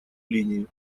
линии